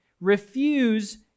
Refuse